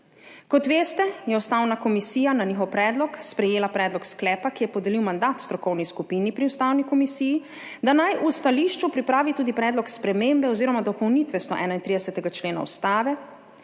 Kot veste, je Ustavna komisija na njihov predlog sprejela predlog sklepa, ki je podelil mandat strokovni skupini pri Ustavni komisiji, da naj v stališču pripravi tudi predlog spremembe oziroma dopolnitve 131. člena Ustave,